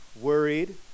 worried